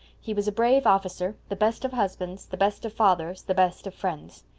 he was a brave officer, the best of husbands, the best of fathers, the best of friends.